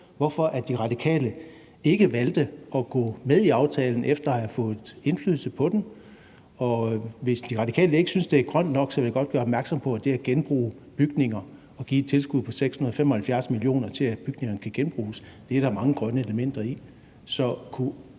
hvorfor De Radikale ikke valgte at gå med i aftalen efter at have fået indflydelse på den. Og hvis De Radikale ikke synes, det er grønt nok, så vil jeg godt gøre opmærksom på, at der er mange grønne elementer i at genbruge bygninger og give et tilskud på 675 mio. kr. til, at bygningerne kan genbruges. Så kan ordføreren ikke